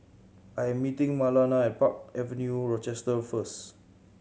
I am meeting Marlana at Park Avenue Rochester first